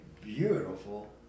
beautiful